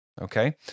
okay